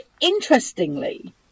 Interestingly